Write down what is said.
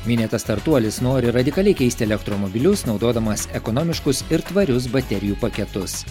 minėtas startuolis nori radikaliai keisti elektromobilius naudodamas ekonomiškus ir tvarius baterijų paketus